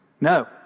No